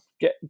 get